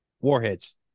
Warheads